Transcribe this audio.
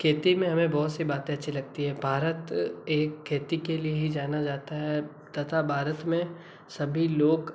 खेती में हमें बहुत सी बातें अच्छी लगती हैं भारत एक खेती के लिए ही जाना जाता है तथा भारत में सभी लोग